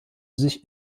sich